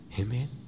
Amen